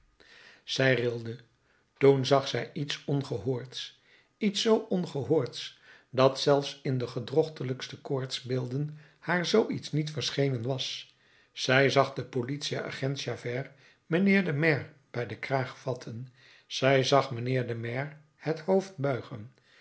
zij rilde toen zag zij iets ongehoords iets zoo ongehoords dat zelfs in de gedrochtelijkste koortsbeelden haar zoo iets niet verschenen was zij zag den politieagent javert mijnheer den maire bij den kraag vatten zij zag mijnheer den maire het hoofd buigen